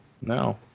No